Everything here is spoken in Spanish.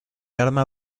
arma